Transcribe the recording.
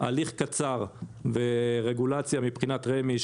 הליך קצר ורגולציה מבחינת רמ"י,